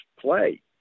play